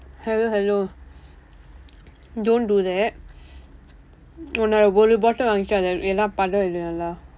hello hello don't do that உன்னோட ஒரு:unnooda oru bottle வாங்கிட்டு அதை எல்லாம் படம் எடு நல்லா:vaangkitdu athai ellaam padam edu nallaa